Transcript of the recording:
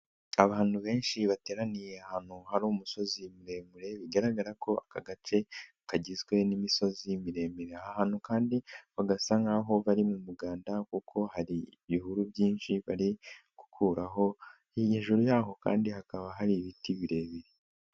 Abantu benshi bateraniye ahantu hari umusozi muremure, bigaragara ko aka gace kagizwe n'imisozi miremire, aha hantu kandi bagasa nk'aho bari mu muganda kuko hari ibihuru byinshi bari gukuraho, hejuru y'aho kandi hakaba hari ibiti birebire.